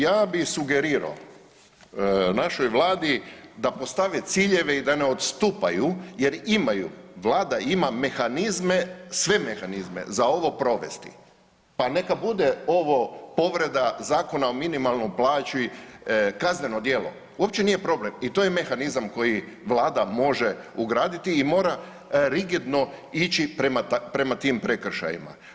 Ja bih sugerirao našoj Vladi da postave ciljeve i da ne odstupaju jer imaju, Vlada ima mehanizme, sve mehanizme za ovo provesti pa neka bude ovo povreda Zakona o minimalnoj plaći kazneno djelo, uopće nije problem, i to je mehanizam koji Vlada može ugraditi mora rigidno ići prema tim prekršajima.